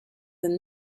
than